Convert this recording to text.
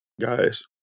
Guys